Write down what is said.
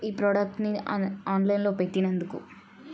ఈ ప్రోడక్ట్ని ఆన్లైన్లో పెట్టినందుకు